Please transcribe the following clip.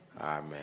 Amen